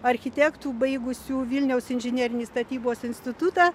architektų baigusių vilniaus inžinerinį statybos institutą